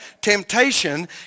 temptation